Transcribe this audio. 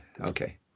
Okay